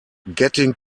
getting